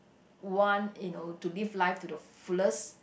want you know to live life to the fullest